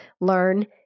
Learn